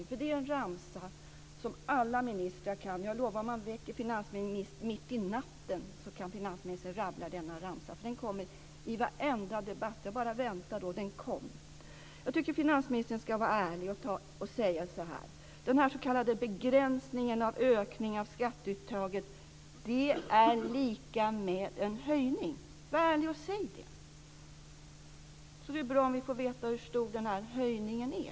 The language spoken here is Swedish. Det är en ramsa som alla ministrar kan. Jag lovar att om man väcker finansministern mitt i natten så kan finansministern rabbla denna ramsa, för den kommer i varenda debatt. Jag bara väntade, och den kom. Jag tycker att finansministern ska vara ärlig och säga så här: Den s.k. begränsningen av ökningen av skatteuttaget är lika med en höjning. Var ärlig och säg det! Dessutom är det bra om vi får veta hur stor den här höjningen är.